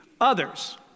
others